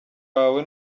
wawe